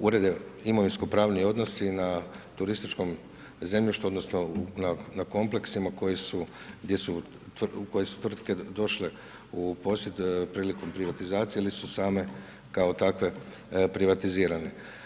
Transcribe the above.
urede imovinsko-pravni odnosi na turističkom zemljištu odnosno na kompleksima u koje su tvrtke došle u posjed prilikom privatizacije ili su same kao takve privatizirane.